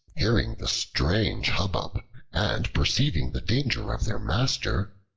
hearing the strange hubbub and perceiving the danger of their master,